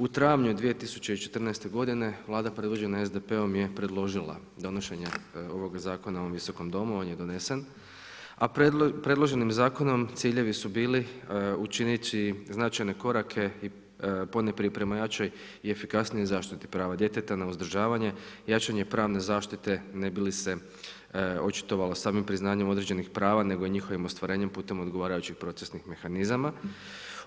U travnju 2014. godine, Vlada predvođena SDP-om je predložila donošenje ovoga zakona ovom Visokom domu, on je donesen, a predloženim zakonom ciljevi su bili učiniti značajne korake, ponajprije prema jačoj i efikasnijoj zaštiti prava djeteta na uzdržavanje, jačanje pravne zaštite ne bi li se očitovala samim priznanjem određenih prava, nego i njihovim ostvarenjem putem odgovarajućih procesnih mehanizama,